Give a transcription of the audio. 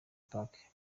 park